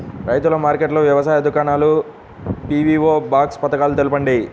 రైతుల మార్కెట్లు, వ్యవసాయ దుకాణాలు, పీ.వీ.ఓ బాక్స్ పథకాలు తెలుపండి?